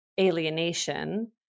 alienation